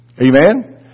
Amen